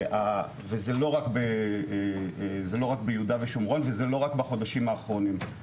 וזה לא רק ביהודה ושומרון וזה לא רק בחודשים האחרונים.